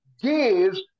gives